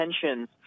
tensions